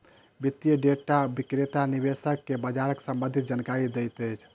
वित्तीय डेटा विक्रेता निवेशक के बजारक सम्भंधित जानकारी दैत अछि